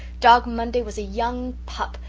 dog monday was a young pup,